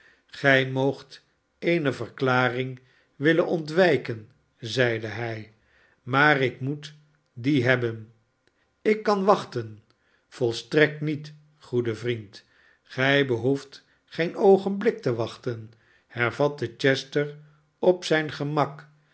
gij moogt eene verklaring willen ontwijken zeide hij maar ik moet die hebben ik kan wachten volstrekt niet goede vriend gij behoeft geen oogenblik te wachten hervatte chester op zijn gemak